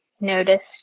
noticed